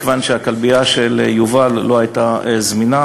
מכיוון שהכלבייה של יובל לא הייתה זמינה,